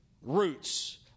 Roots